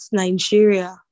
nigeria